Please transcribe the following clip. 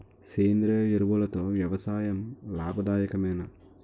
సేంద్రీయ ఎరువులతో వ్యవసాయం లాభదాయకమేనా?